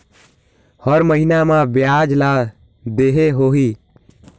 हर महीना मा ब्याज ला देहे होही?